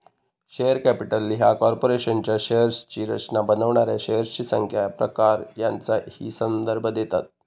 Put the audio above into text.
share capital ह्या कॉर्पोरेशनच्या शेअर्सची रचना बनवणाऱ्या शेअर्सची संख्या, प्रकार यांचो ही संदर्भ देता